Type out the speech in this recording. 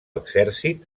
exèrcit